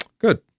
Good